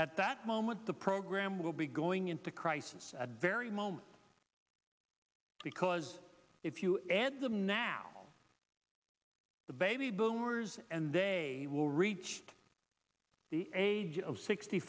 at that moment the program will be going into crisis at very moment because if you add them now the baby boomers and they will reach the age of sixty